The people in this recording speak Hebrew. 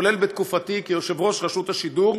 כולל בתקופתי כיושב-ראש רשות השידור,